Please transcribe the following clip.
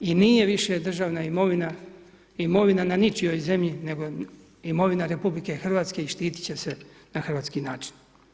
I nije više državna imovina, imovina na ničijoj zemlji, nego imovina RH i štiti će se na hrvatski način.